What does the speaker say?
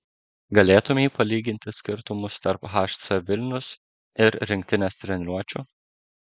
galėtumei palyginti skirtumus tarp hc vilnius ir rinktinės treniruočių